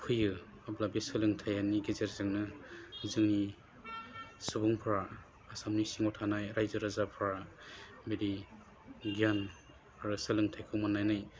फैयो अब्ला बे सोलोंथाइयनि गेजेरजोंनो जोंनि सुबुंफ्रा आसामनि सिङाव थानाय रायजो राजाफ्रा बिदि गियान आरो सोलोंथाइखौ मोननानै